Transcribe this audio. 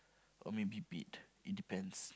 or maybe bed it depends